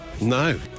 No